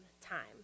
time